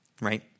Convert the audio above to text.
right